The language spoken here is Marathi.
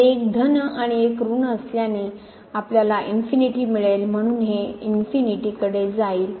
तर एक धन आणि एक ऋण असल्याने आपल्याला इन्फिनीटी मिळेल म्हणून हे इन्फिनीटी कडे जाईल